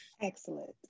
Excellent